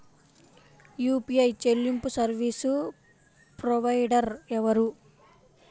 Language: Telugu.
యూ.పీ.ఐ చెల్లింపు సర్వీసు ప్రొవైడర్ ఎవరు?